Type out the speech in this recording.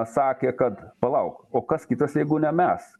sakė kad palauk o kas kitas jeigu ne mes